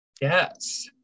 yes